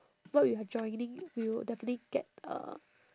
what we are joining we will definitely get uh